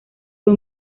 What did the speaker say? fue